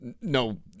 no